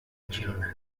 girona